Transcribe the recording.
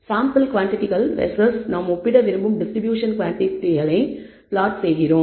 sample குவாண்டிடிகள் versus நாம் ஒப்பிட விரும்பும் டிஸ்ட்ரிபியூஷன் குவாண்டிடிகளை நாம் பிளாட் செய்கிறோம்